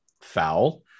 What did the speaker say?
foul